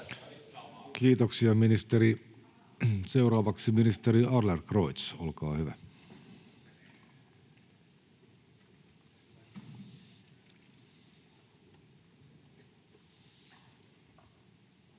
Kiitoksia, ministeri. — Seuraavaksi ministeri Adlercreutz, olkaa hyvä. [Speech